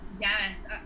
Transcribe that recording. Yes